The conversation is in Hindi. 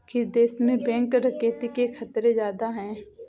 किस देश में बैंक डकैती के खतरे ज्यादा हैं?